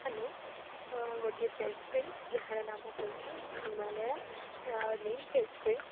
hello ଗୋଟିଏ face cream ଯାହାର ନାମ ହେଉଛି ହିମାଳୟା ନିମ୍ ଫେସ୍ କ୍ରିମ୍